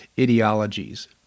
ideologies